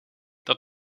dat